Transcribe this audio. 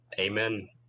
Amen